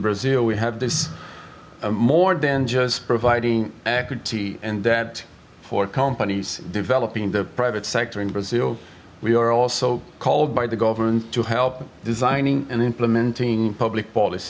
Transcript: brazil we have this more than just providing equity see and that for companies developing the private sector in brazil we are also called by the government to help designing and implementing public polic